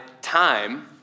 Time